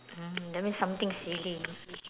mm that means something silly